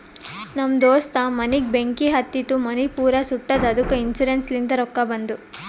ನಮ್ ದೋಸ್ತ ಮನಿಗ್ ಬೆಂಕಿ ಹತ್ತಿತು ಮನಿ ಪೂರಾ ಸುಟ್ಟದ ಅದ್ದುಕ ಇನ್ಸೂರೆನ್ಸ್ ಲಿಂತ್ ರೊಕ್ಕಾ ಬಂದು